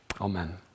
amen